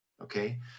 Okay